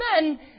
men